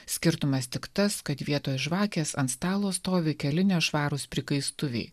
skirtumas tik tas kad vietoj žvakės ant stalo stovi keli nešvarūs prikaistuviai